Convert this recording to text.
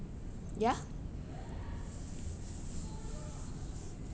yeah